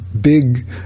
big